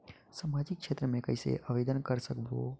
समाजिक क्षेत्र मे कइसे आवेदन कर सकबो?